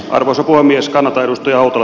arvoisa puhemies kannata joutua